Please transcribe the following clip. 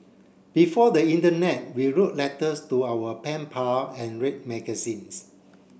before the Internet we wrote letters to our pen pal and read magazines